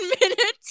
minutes